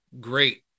great